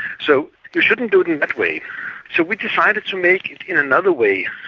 so you shouldn't do it in that way. so we decided to make it in another way,